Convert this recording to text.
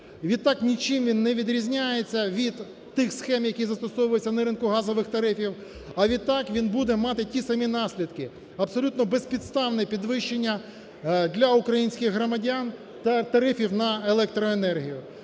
Відтак, нічим він не відрізняється від тих схем, які застосовуються на ринку газових тарифів, а, відтак, він буде мати ті самі наслідки, абсолютне безпідставне підвищення для українських громадян тарифів на електроенергію.